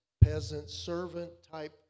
peasant-servant-type